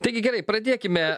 taigi gerai pradėkime